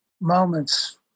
moments